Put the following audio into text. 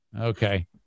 okay